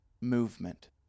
movement